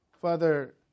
Father